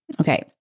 Okay